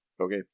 Okay